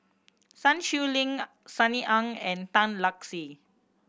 Sun Xueling Sunny Ang and Tan Lark Sye